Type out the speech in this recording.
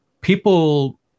people